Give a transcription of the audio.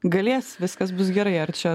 galės viskas bus gerai ar čia